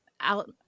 Out